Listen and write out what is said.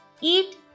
eat